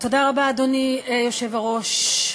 אדוני היושב-ראש,